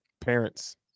Parents